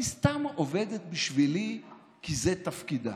היא סתם עובדת בשבילי כי זה תפקידה.